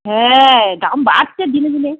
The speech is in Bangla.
হ্যাঁ দাম বাড়ছে দিনে দিনে